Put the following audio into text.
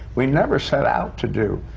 we never set out to do,